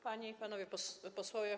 Panie i Panowie Posłowie!